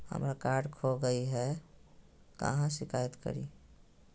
हमरा कार्ड खो गई है, कहाँ शिकायत करी?